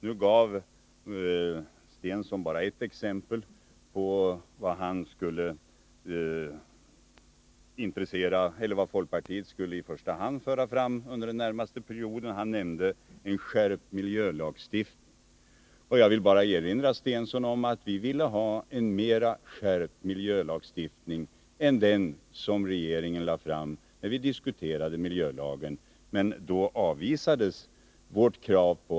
Nu gav Börje Stensson bara ett exempel på vad folkpartiet skulle föra fram under den närmaste perioden. Han nämnde skärpt miljölagstiftning. Jag vill bara erinra Börje Stensson om att när miljölagen diskuterades ville vi ha en mera skärpt miljölagstiftning än den regeringen lade fram. Då avvisades vårt krav.